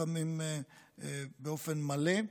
לפעמים באופן מלא,